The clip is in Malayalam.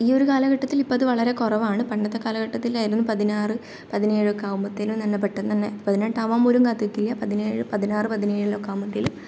ഈ ഒരു കാലഘട്ടത്തിൽ ഇപ്പോൾ ഇത് വളരെ കുറവാണ് പണ്ടത്തെ കാലഘട്ടത്തിലായിരുന്നു പതിനാറ് പതിനേഴൊക്കെ ആവുമ്പത്തേനും തന്നെ പെട്ടെന്ന് തന്നെ പതിനെട്ട് ആവാൻ പോലും കാത്ത് നിൽക്കില്ല പതിനേഴ് പതിനാറ് പതിനേഴിലൊക്കെ ആകുമ്പത്തേലും